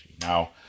Now